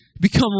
become